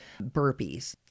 burpees